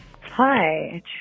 Hi